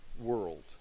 world